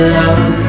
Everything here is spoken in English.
love